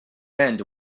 end